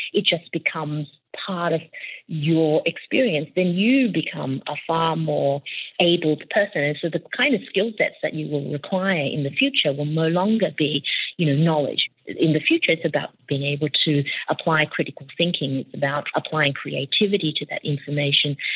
it just becomes part of your experience. then you become a far more abled person. and so the kind of skillsets that you require in the future will no longer be you know knowledge, in the future it's about being able to apply critical thinking, about applying creativity to that information,